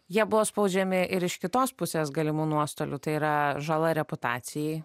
jie buvo spaudžiami ir iš kitos pusės galimų nuostolių tai yra žala reputacijai